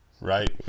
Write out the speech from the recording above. Right